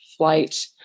flight